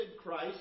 Christ